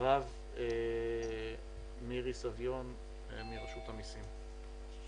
אחריו מירי סביון מרשות המסים.